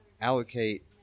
allocate